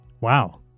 Wow